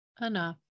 enough